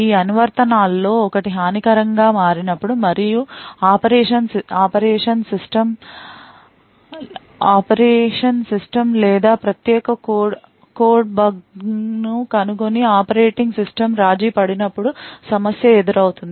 ఈ అనువర్తనాల్లో ఒకటి హానికరంగా మారినప్పుడు మరియు ఆపరేషన్ సిస్టమ్ లేదా ప్రత్యేక కోడ్లో బగ్ను కనుగొని ఆపరేటింగ్ సిస్టమ్ రాజీ పడినప్పుడు సమస్య ఏర్పడుతుంది